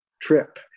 trip